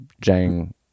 Jang